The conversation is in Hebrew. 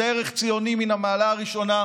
זה ערך ציוני מן המעלה הראשונה,